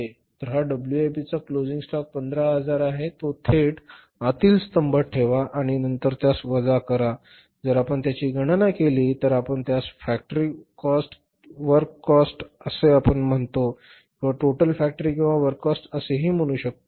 तर हा डब्ल्यूआयपीचा क्लोजिंग साठा 15000 आहे तो थेट आतील स्तंभात ठेवा आणि नंतर त्यास वजा करा जर आपण त्याची गणना केली तर आपण त्यास फॅक्टरीवर्क काॅस्ट किंवा आपण त्यास टोटल फॅक्टरी किंवा वर्क काॅस्ट असेही म्हणू शकतो